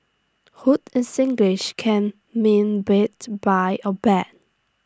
hoot in Singlish can mean beat buy or bet